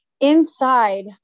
inside